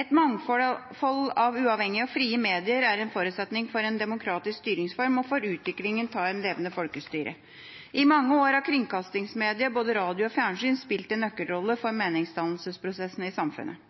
Et mangfold av uavhengige og frie medier er en forutsetning for en demokratisk styringsform og for utviklinga av et levende folkestyre. I mange år har kringkastingsmediet, både radio og fjernsyn, spilt en nøkkelrolle for meningsdannelsesprosessene i samfunnet.